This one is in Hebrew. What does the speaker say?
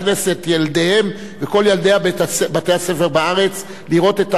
ילדיהם וכל ילדי בית-הספר בארץ לראות את ההצגה,